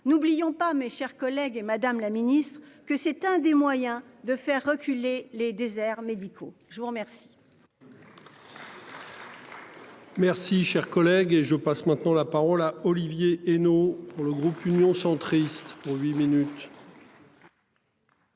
n'oublions pas mes chers collègues et Madame la Ministre que c'est un des moyens de faire reculer les déserts médicaux. Je vous remercie. Merci cher collègue. Et je passe maintenant la parole à Olivier Henno. Pour le groupe Union centriste pour huit minutes.